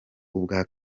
ubwa